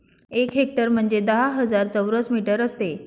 एक हेक्टर म्हणजे दहा हजार चौरस मीटर असते